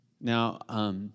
Now